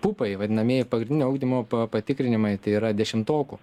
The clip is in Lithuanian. pupai vadinamieji pagrindinio ugdymo pa patikrinimai tai yra dešimtokų